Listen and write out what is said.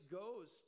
goes